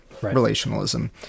relationalism